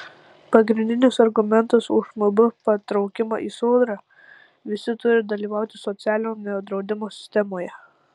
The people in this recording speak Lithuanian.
pagrindinis argumentas už mb patraukimą į sodrą visi turi dalyvauti socialinio draudimo sistemoje